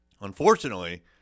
Unfortunately